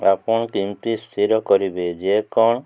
ଆପଣ କେମିତି ସ୍ଥିର କରିବେ ଯେ କ'ଣ